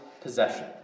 possession